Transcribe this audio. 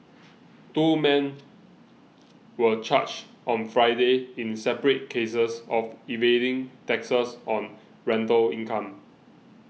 two men were charged on Friday in separate cases of evading taxes on rental income